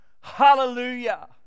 Hallelujah